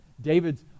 David's